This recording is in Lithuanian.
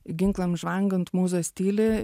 ginklams žvangant mūzos tyli